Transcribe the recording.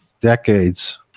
decades